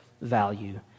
value